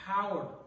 power